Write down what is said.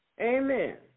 Amen